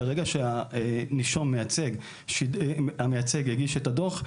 ברגע שהמייצג יגיש את הדוח,